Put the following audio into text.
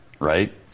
right